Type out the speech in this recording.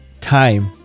time